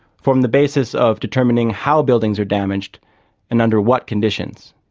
from the basis of determining how buildings are damaged and under what conditions.